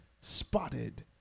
spotted